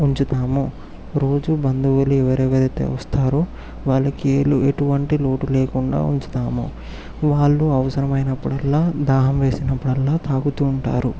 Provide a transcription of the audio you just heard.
ఉంచుతాము రోజు బంధువులు ఎవరెవరైతే వస్తారో వాళ్ళకి ఎలు ఎటువంటి లోటు లేకుండా ఉంచుతాము వాళ్ళు అవసరమైనప్పుడల్లా దాహం వేసినప్పుడల్లా తాగుతూ ఉంటారు